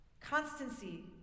constancy